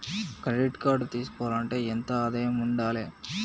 Credit card తీసుకోవాలంటే ఎంత ఆదాయం ఉండాలే?